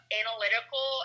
analytical